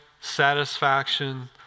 satisfaction